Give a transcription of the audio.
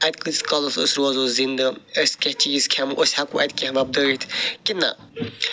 اَتہِ کۭتِس کالس أسۍ روزو زِنٛدٕ أسۍ کیٛاہ چیٖز کھٮ۪مو أسۍ ہٮ۪کوا اَتہِ کیٚنٛہہ وۄبدٲیِتھ کِنۍ نَہ